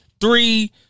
three